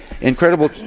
incredible